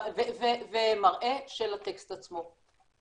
ומראה של הטקסט עצמו.